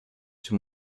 czy